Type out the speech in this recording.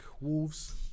Wolves